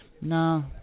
No